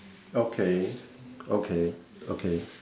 okay okay okay